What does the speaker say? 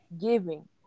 giving